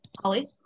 Holly